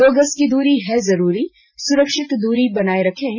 दो गज की दूरी है जरूरी सुरक्षित दूरी बनाए रखें